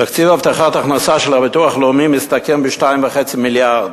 תקציב הבטחת הכנסה של הביטוח הלאומי מסתכם ב-2.5 מיליארד.